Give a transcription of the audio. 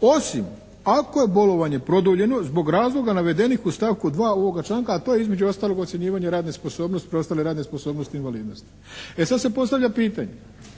osim ako je bolovanje produljeno zbog razloga navedenih u stavku 2. ovoga članka a to je između ostaloga i ocjenjivanje preostale radne sposobnosti i invalidnosti. E, sada se postavlja pitanje